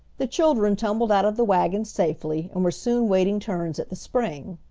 the children tumbled out of the wagon safely, and were soon waiting turns at the spring.